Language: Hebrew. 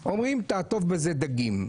אומרים: תעטוף בזה דגים.